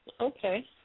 Okay